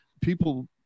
people